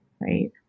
Right